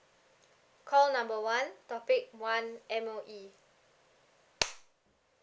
call number one topic one M_O_E